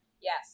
Yes